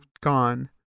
gone